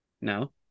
no